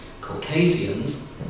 Caucasians